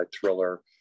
thriller